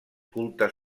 cultes